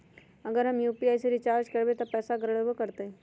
अगर हम यू.पी.आई से रिचार्ज करबै त पैसा गड़बड़ाई वो करतई?